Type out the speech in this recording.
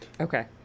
Okay